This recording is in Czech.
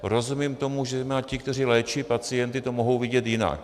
Rozumím tomu, že zejména ti, kteří léčí pacienty, to mohou vidět jinak.